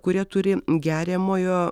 kurie turi geriamojo